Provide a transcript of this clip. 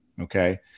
Okay